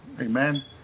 Amen